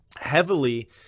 heavily